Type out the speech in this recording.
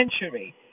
century